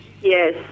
Yes